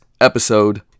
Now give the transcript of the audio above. episode